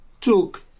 took